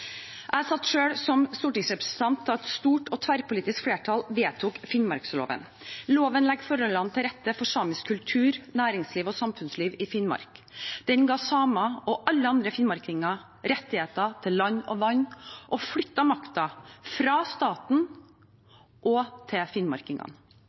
Jeg satt selv som stortingsrepresentant da et stort og tverrpolitisk flertall vedtok Finnmarksloven. Loven legger forholdene til rette for samisk kultur, næringsliv og samfunnsliv i Finnmark. Den ga samer og alle andre finnmarkinger rettigheter til land og vann – og flyttet makten fra